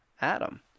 Adam